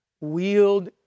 wield